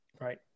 right